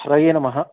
हरये नमः